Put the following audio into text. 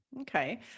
Okay